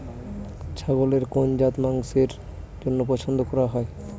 ছাগলের কোন জাত মাংসের জন্য পছন্দ করা হয়?